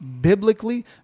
biblically